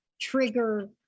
trigger